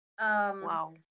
Wow